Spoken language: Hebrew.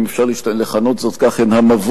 אם אפשר לכנות זאת כך,